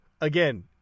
again